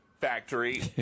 factory